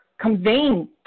conveying